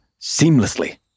seamlessly